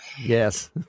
Yes